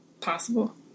possible